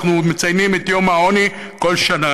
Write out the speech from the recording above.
אנחנו מציינים את יום העוני כל שנה.